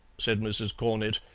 said mrs. cornett,